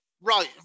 right